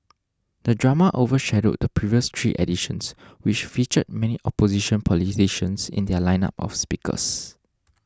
the drama overshadowed the previous three editions which featured many opposition politicians in their lineup of speakers